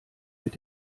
mit